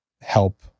help